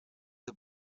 the